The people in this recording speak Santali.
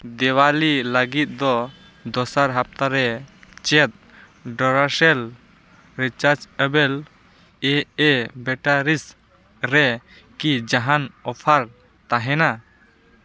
ᱫᱤᱣᱟᱞᱤ ᱞᱟᱹᱜᱤᱫ ᱫᱚ ᱫᱚᱥᱟᱨ ᱦᱟᱯᱛᱟᱨᱮ ᱪᱮᱫ ᱰᱚᱨᱟᱥᱮᱞ ᱨᱤᱪᱟᱨᱡᱽ ᱮᱵᱮᱞ ᱮ ᱮ ᱵᱮᱴᱟᱨᱤᱡᱽ ᱨᱮ ᱠᱤ ᱡᱟᱦᱟᱱ ᱚᱯᱷᱟᱨ ᱛᱟᱦᱮᱱᱟ